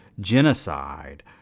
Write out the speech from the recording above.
genocide